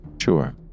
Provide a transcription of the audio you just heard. Sure